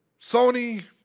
Sony